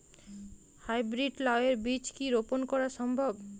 High breed লাও এর বীজ কি রোপন করা সম্ভব?